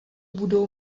budou